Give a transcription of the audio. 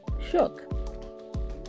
shook